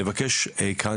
נבקש כאן,